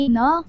no